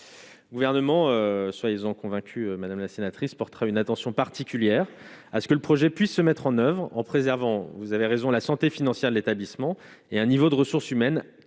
gouvernement soit convaincu, madame la sénatrice portera une attention particulière à ce que le projet puisse se mettre en oeuvre en préservant, vous avez raison, la santé financière de l'établissement et un niveau de ressources humaines